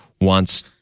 wants